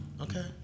okay